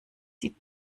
die